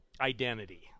identity